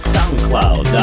SoundCloud